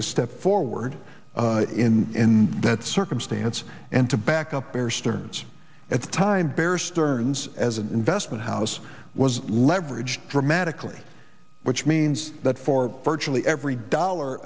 to step forward in that circumstance and to back up their sterns at the time bear stearns as an investment house was leveraged dramatically which means that for virtually every dollar